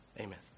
amen